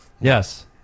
Yes